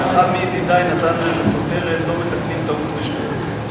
ואחד מידידי נתן לזה כותרת: לא מתקנים טעות בשטות.